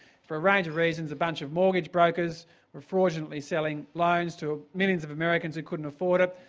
for a range of reasons a bunch of mortgage brokers were fraudulently selling loans to millions of americans who couldn't afford it.